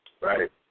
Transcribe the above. Right